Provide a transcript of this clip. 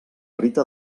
rita